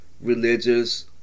religious